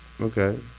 Okay